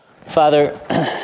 Father